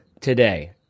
today